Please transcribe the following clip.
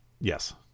Yes